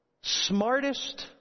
smartest